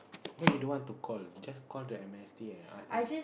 why you don't want to call just call the amnesty and ask them